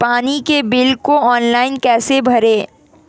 पानी के बिल को ऑनलाइन कैसे भरें?